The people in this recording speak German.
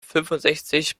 fünfundsechzig